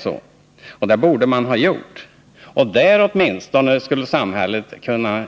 Samhället borde åtminstone kunna